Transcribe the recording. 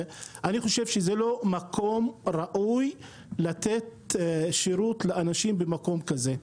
אני חושב שזה לא מקום ראוי לתת שירות לאנשים במקום כזה,